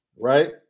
Right